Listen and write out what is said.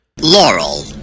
Laurel